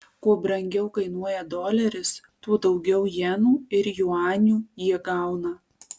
kuo brangiau kainuoja doleris tuo daugiau jenų ir juanių jie gauna